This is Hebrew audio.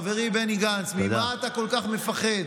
חברי בני גנץ: ממה אתה כל כך מפחד?